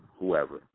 whoever